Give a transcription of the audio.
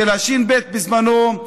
של הש"ב בזמנו.